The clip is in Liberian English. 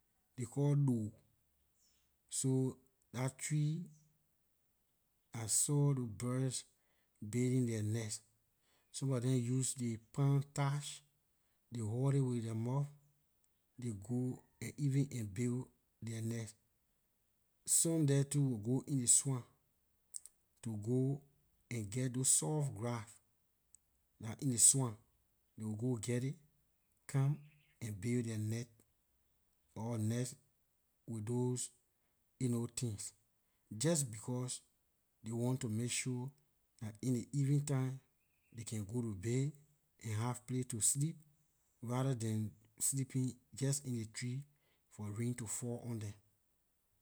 Ley called doeor so dah tree I saw those birds building their nest some of them use ley palm tarsh dey hurl it with their mouth they go and even and build their nest. Some there too will go in ley swamp to go and get those soft grass dah in ley swamp dey will go get it come and build their net or nest with those you know things just because they want to make sure that in ley evening time they can go to bed and have place to sleep rather than sleeping just in ley tree for rain to fall on them.